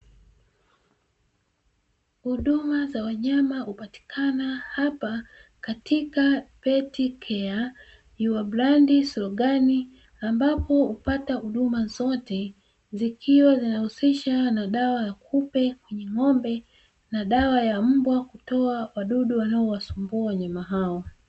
Huduma za wanyama hupatikana hapa katika "Pet Care your Brandi Slogani" ambapo hupata huduma zote zikiwa zinahusisha na dawa ya kupe kwenye ng'ombe na dawa ya mbwa kutoa wadudu wanaowasumbua wanyama hao.